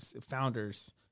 founders